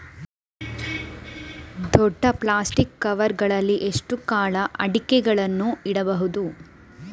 ದೊಡ್ಡ plastic cover ಗಳಲ್ಲಿ ಎಷ್ಟು ಕಾಲ ಅಡಿಕೆಗಳನ್ನು ಇಡಬಹುದು?